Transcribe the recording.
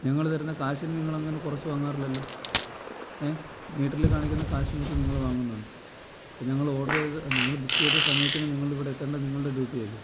ഞങ്ങൾ തരുന്ന കാശിന് നിങ്ങൾ അങ്ങനെ കുറച്ച് വാങ്ങാറില്ലല്ലോ ഏ മീറ്ററിൽ കാണിക്കുന്ന കാശ് മൊത്തം നിങ്ങൾ വാങ്ങുന്നുണ്ട് അപ്പോൾ ഞങ്ങൾ ഓർഡർ ചെയ്ത് ഞങ്ങൾ ബുക്ക് ചെയ്ത സമയത്തിന് നിങ്ങൾ ഇവിടെ എത്തേണ്ടത് നിങ്ങളുടെ ഡ്യൂട്ടി അല്ലേ